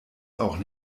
auch